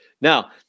Now